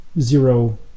zero